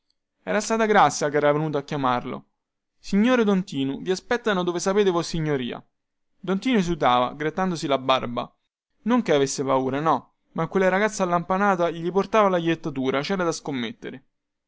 era stata grazia che era venuta a chiamarlo signore don tinu vi aspettano dove sapete vossignoria don tinu esitava grattandosi la barba non che avesse paura no ma quella ragazza allampanata gli portava la jettatura cera da scommettere